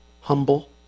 Humble